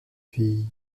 fille